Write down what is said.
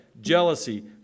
jealousy